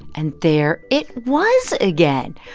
and there it was again.